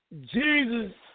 Jesus